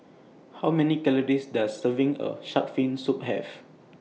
How Many Calories Does Serving of Shark's Fin Soup Have